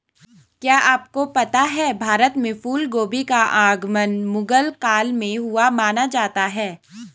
क्या आपको पता है भारत में फूलगोभी का आगमन मुगल काल में हुआ माना जाता है?